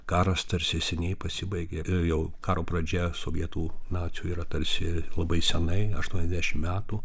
karas tarsi seniai pasibaigė jau karo pradžia sovietų nacių yra tarsi labai senai aštuoniasdešimt metų